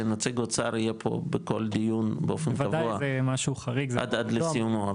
שנציג אוצר יהיה פה בכל דיון באופן קבוע עד לסיומו,